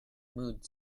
mood